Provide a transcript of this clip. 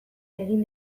egin